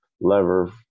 lever